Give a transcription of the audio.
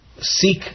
seek